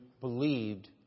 believed